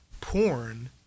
porn